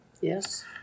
Yes